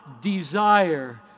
desire